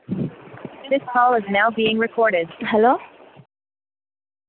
hello